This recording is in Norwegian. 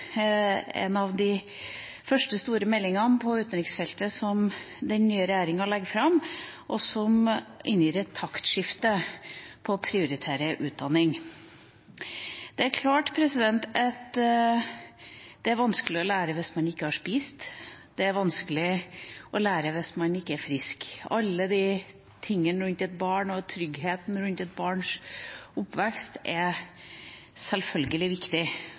en av de første store meldingene på utenriksfeltet som den nye regjeringa legger fram, og som inngir et taktskifte på å prioritere utdanning. Det er klart det er vanskelig å lære hvis man ikke har spist, det er vanskelig å lære hvis man ikke er frisk. Alt rundt et barn og tryggheten rundt et barns oppvekst er sjølsagt viktig.